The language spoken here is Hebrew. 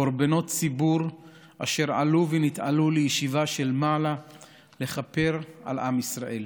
קורבנות ציבור אשר עלו ונתעלו לישיבה של מעלה לכפר על עם ישראל.